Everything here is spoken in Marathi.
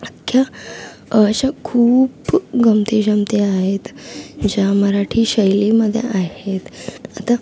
अक्ख्या अशा खूप गमतीजमती आहेत ज्या मराठी शैलीमध्ये आहेत आता